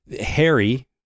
Harry